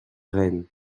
rennes